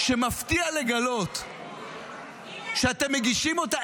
שמפתיע לגלות שאתם מגישים אותה,